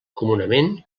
comunament